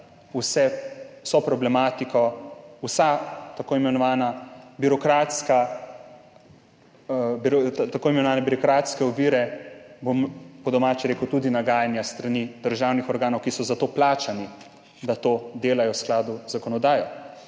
vso problematiko, vse tako imenovane birokratske ovire, bom po domače rekel, tudi nagajanja s strani državnih organov, ki so plačani za to, da to delajo v skladu z zakonodajo.